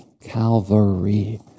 Calvary